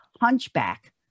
hunchback